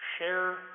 share